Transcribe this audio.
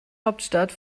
hauptstadt